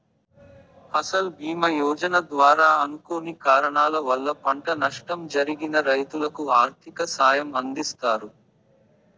ఫసల్ భీమ యోజన ద్వారా అనుకోని కారణాల వల్ల పంట నష్టం జరిగిన రైతులకు ఆర్థిక సాయం అందిస్తారు